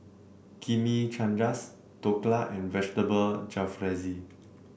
Chimichangas Dhokla and Vegetable Jalfrezi